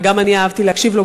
אבל גם אני אהבתי להקשיב לו,